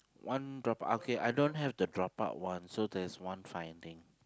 one drop ah okay I don't have the drop out one so there is one finding